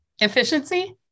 efficiency